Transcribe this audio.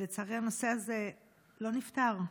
לצערי, הנושא הזה לא נפתר.